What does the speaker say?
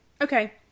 Okay